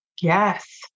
Yes